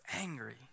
angry